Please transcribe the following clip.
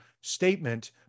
statement